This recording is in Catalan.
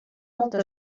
molta